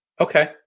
Okay